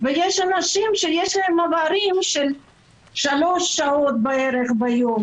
ויש אנשים שיש להם מעברים של כשלוש שעות ביום.